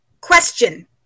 question